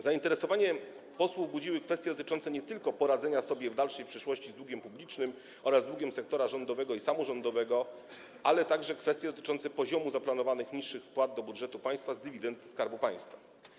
Zainteresowanie posłów budziły kwestie dotyczące nie tylko poradzenia sobie w dalszej przyszłości z długiem publicznym oraz długiem sektora rządowego i samorządowego, ale także kwestie dotyczące poziomu zaplanowanych niższych wpłat do budżetu państwa z dywidend Skarbu Państwa.